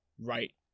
right